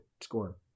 score